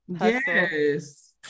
yes